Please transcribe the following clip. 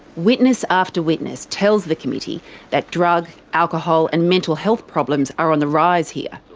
witness after witness tells the committee that drug, alcohol and mental health problems are on the rise here.